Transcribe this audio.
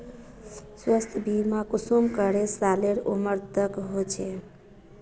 स्वास्थ्य बीमा कुंसम करे सालेर उमर तक होचए?